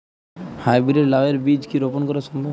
High breed লাও এর বীজ কি রোপন করা সম্ভব?